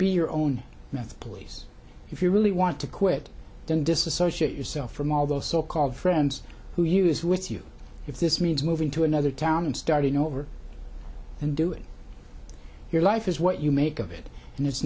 be your own method please if you really want to quit then disassociate yourself from all those so called friends who use with you if this means moving to another town and starting over and doing your life is what you make of it and it's